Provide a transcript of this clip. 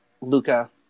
Luca